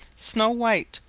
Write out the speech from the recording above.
snow-white,